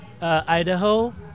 Idaho